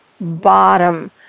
bottom